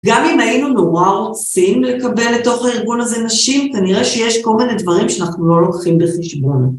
גם אם היינו נורא רוצים לקבל לתוך הארגון הזה נשים, כנראה שיש כל מיני דברים שאנחנו לא לוקחים בחשבון.